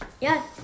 Yes